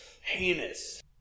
Heinous